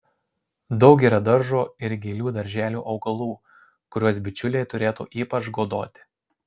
daug yra daržo ir gėlių darželių augalų kuriuos bičiuliai turėtų ypač godoti